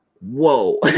whoa